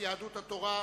יהדות התורה,